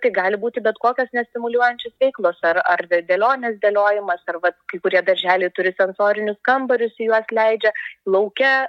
tai gali būti bet kokios nestimuliuojančios veiklos ar ar dė dėlionės dėliojimas ar vat kai kurie darželiai turi sensorinius kambarius į juos leidžia lauke